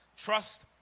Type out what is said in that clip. Trust